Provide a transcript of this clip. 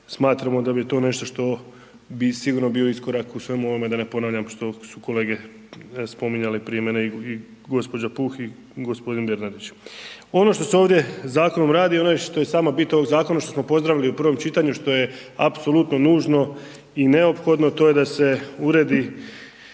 smatramo da bi to nešto što bi sigurno bio iskorak u svemu ovome da ne ponavljam što su kolege spominjale prije mene i gospođa Puh i gospodin Bernardić. Ono što se ovdje zakonom radi, ono što je sama bit ovog zakona što smo pozdravili što smo pozdravili u prvom čitanju što je apsolutno nužno i neophodno, to je da se uredi